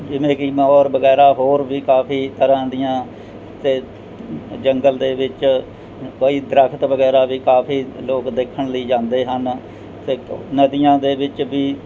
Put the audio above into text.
ਜਿਵੇਂ ਕਿ ਮੋਰ ਵਗੈਰਾ ਹੋਰ ਵੀ ਕਾਫੀ ਤਰ੍ਹਾਂ ਦੀਆਂ ਅਤੇ ਜੰਗਲ ਦੇ ਵਿੱਚ ਦਰੱਖਤ ਵਗੈਰਾ ਵੀ ਕਾਫੀ ਲੋਕ ਦੇਖਣ ਲਈ ਜਾਂਦੇ ਹਨ ਅਤੇ ਨਦੀਆਂ ਦੇ ਵਿੱਚ ਵੀ